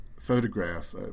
photograph